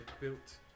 built